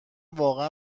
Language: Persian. واقعا